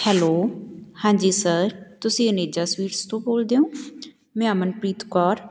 hello ਹਾਂਜੀ sir ਤੁਸੀਂ Aneja sweets ਤੋਂ ਬੋਲਦੇ ਹੋ ਮੈਂ ਅਮਨਪ੍ਰੀਤ ਕੌਰ